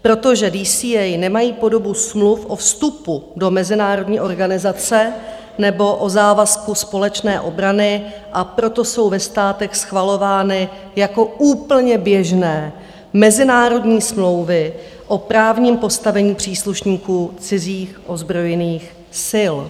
Protože DCA nemají podobu smluv o vstupu do mezinárodní organizace nebo o závazku společné obrany, jsou ve státech schvalovány jako úplně běžné mezinárodní smlouvy o právním postavení příslušníků cizích ozbrojených sil.